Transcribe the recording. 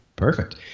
Perfect